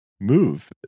move